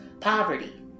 poverty